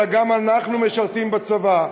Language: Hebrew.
אלא גם אנחנו משרתים בצבא.